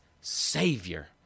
savior